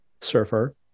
surfer